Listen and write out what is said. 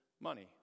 money